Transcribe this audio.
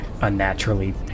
unnaturally